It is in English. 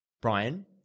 Brian